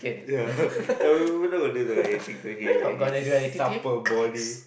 ya we are not going to do anything to him and his supper body